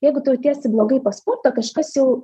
jeigu tu jautiesi blogai po sporto kažkas jau